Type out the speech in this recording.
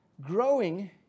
growing